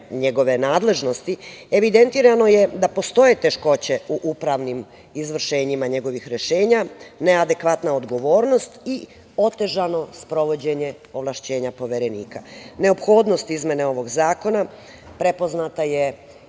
njegove nadležnosti, evidentirano je da postoje teškoće u upravnim izvršenjima njegovih rešenja, neadekvatna odgovornost i otežano sprovođenje ovlašćenja poverenika. Neophodnost izmene ovog zakona, prepoznata je